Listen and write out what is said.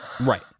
Right